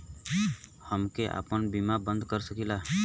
हमके आपन बीमा बन्द कर सकीला?